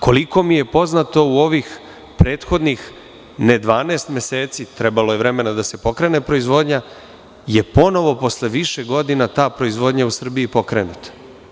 Koliko mi je poznato, u ovih prethodnih, ne 12 meseci, trebalo je vremena da se pokrene proizvodnja je ponovo posle više godina ta proizvodnja u Srbiji pokrenuta.